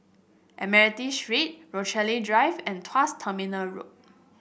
Admiralty Street Rochalie Drive and Tuas Terminal Road